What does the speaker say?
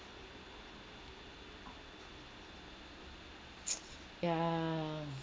yeah